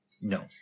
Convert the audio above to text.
No